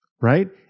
right